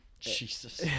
jesus